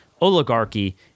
oligarchy